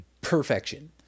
perfection